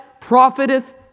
profiteth